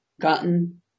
gotten